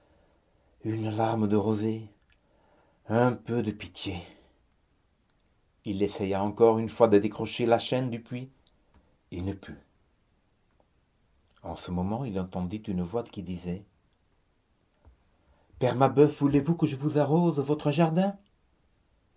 une larme de rosée un peu de pitié il essaya encore une fois de décrocher la chaîne du puits et ne put en ce moment il entendit une voix qui disait père mabeuf voulez-vous que je vous arrose votre jardin